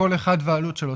כל אחד והעלות שלו.